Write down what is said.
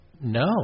No